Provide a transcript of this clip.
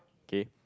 okay